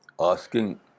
asking